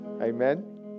Amen